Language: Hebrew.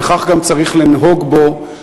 וכך גם צריך לנהוג בו,